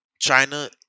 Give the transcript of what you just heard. China